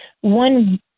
one